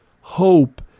hope